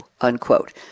unquote